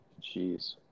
Jeez